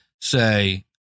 say